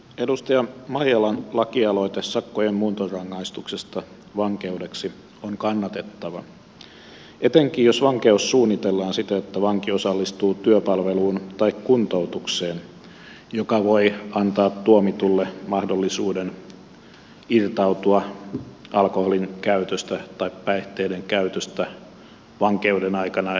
edustaja maijalan lakialoite sakkojen muuntorangaistuksesta vankeudeksi on kannatettava etenkin jos vankeus suunnitellaan siten että vanki osallistuu työpalveluun tai kuntoutukseen joka voi antaa tuomitulle mahdollisuuden irtautua alkoholin tai päihteiden käytöstä vankeuden aikana edes hetkeksi